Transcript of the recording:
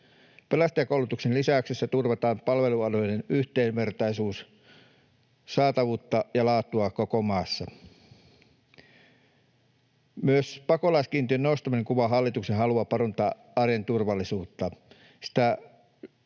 Pelastajakoulutuksen lisäyksessä turvataan palvelualueiden yhdenvertaisuutta, saatavuutta ja laatua koko maassa. Myös pakolaiskiintiön nostaminen kuvaa hallituksen haluaa parantaa arjen turvallisuutta.